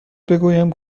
بگویم